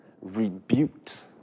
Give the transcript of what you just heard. Rebuked